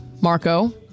Marco